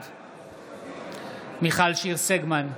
בעד מיכל שיר סגמן,